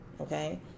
okay